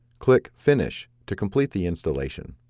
click finish to complete the installation.